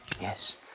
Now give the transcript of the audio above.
Yes